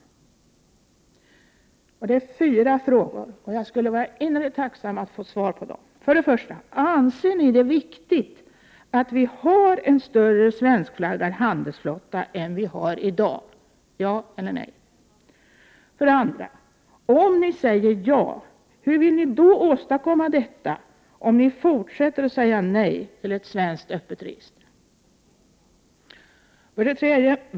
Jag blir innerligt tacksam om jag får svar på dem. 1. Anser ni det viktigt att vi har en större svenskflaggad handelsflotta än den vi har i dag? — ja eller nej. 2. Om ni svarar ja på den frågan, hur vill ni åstadkomma detta om ni fortsätter att säga nej till ett öppet svenskt register? 3.